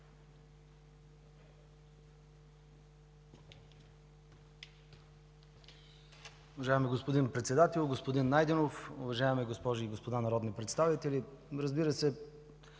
Уважаеми господин Председател, господин Найденов, уважаеми госпожи и господа народни представители! Разбира се,